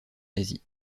nazi